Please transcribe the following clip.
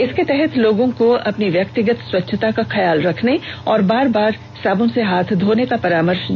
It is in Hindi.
इसके तहत लोगों को अपनी व्यक्तिगत स्वच्छता का ख्याल रखने और बार बार साबन से हाथ धोने का परामर्श दिया गया है